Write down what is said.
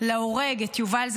להורג את יובל,